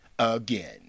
Again